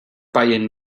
buying